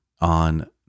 on